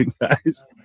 guys